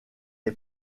est